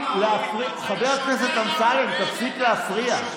חבר הכנסת אמסלם, תפסיק להפריע.